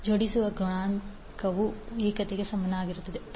ಜೋಡಿಸುವ ಗುಣಾಂಕವು ಏಕತೆಗೆ ಸಮಾನವಾಗಿರುತ್ತದೆ k 1 3